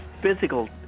physical